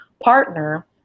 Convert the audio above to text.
partner